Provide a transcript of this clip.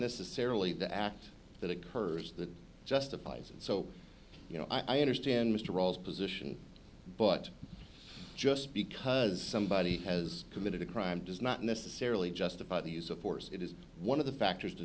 necessarily the act that occurs that justifies and so you know i understand mr rolls position but just because somebody has committed a crime does not necessarily justify the use of force it is one of the factors to